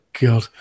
god